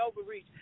overreach